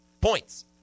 points